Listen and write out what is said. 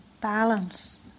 balance